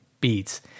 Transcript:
beats